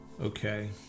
okay